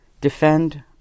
defend